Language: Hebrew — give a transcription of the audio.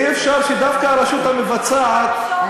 אי-אפשר שדווקא הרשות המבצעת, השעון?